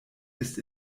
ist